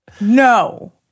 No